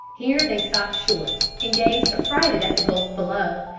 here they stopped short, and gazed affrighted at the gulf below.